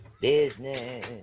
Business